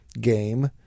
game